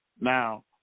now